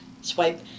swipe